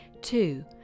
Two